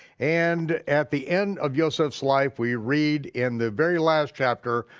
and at the end of yoseph's life, we read in the very last chapter,